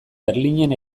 berlinen